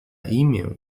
imię